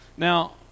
Now